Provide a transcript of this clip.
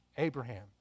Abraham